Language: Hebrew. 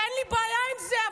אין לי בעיה עם זה,